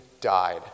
died